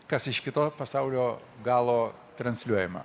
kas iš kito pasaulio galo transliuojama